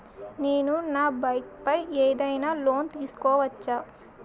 నేను నా బైక్ పై ఏదైనా లోన్ తీసుకోవచ్చా?